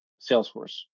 Salesforce